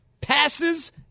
passes